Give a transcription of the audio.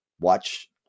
watch